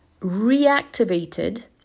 reactivated